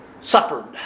suffered